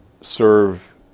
serve